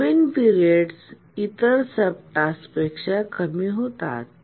नवीन period इतर सबटास्कपेक्षा कमी होतात